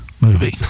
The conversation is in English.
movie